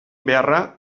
beharra